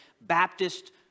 Baptist